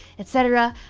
et cetera.